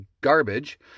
garbage